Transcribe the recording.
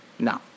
No